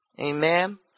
amen